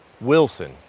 Wilson